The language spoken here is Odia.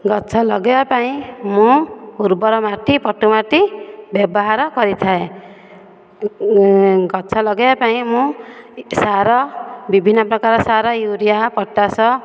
ଗଛ ଲଗେଇବା ପାଇଁ ମୁଁ ଉର୍ବର ମାଟି ପଟୁ ମାଟି ବ୍ୟବହାର କରିଥାଏ ଗଛ ଲଗେଇବା ପାଇଁ ମୁଁ ସାର ବିଭିନ୍ନ ପ୍ରକାରର ସାର ୟୁରିଆ ପଟାସ